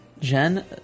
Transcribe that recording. Jen